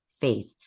faith